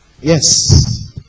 Yes